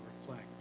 reflect